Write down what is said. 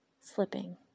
slipping